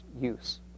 use